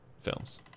films